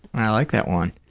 i like that one.